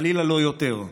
חלילה לא יותר.